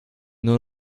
nur